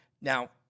Now